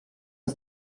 uns